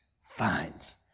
finds